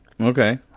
Okay